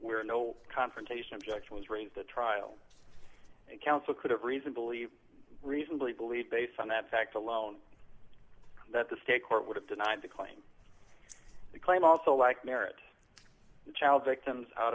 where no confrontation objection was raised the trial counsel could have reason believe reasonably believed based on that fact alone that the state court would have denied the claim the claim also like merit the child victims out